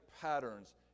patterns